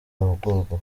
bahugurwa